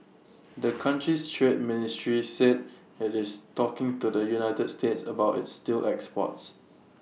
the country's trade ministry said IT is talking to the united states about its steel exports